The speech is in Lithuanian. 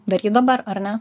daryt dabar ar ne